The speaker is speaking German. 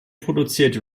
produzierte